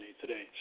today